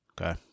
okay